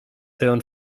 hirn